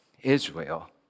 Israel